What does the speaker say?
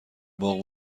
باغ